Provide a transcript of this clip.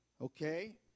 Okay